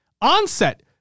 Onset